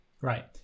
Right